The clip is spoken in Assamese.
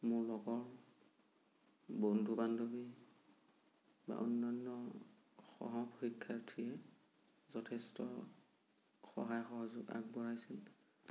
মোৰ লগৰ বন্ধু বান্ধৱী বা অন্যান্য সহশিক্ষাৰ্থীয়ে যথেষ্ট সহায় সহযোগ আগবঢ়াইছিল